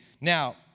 Now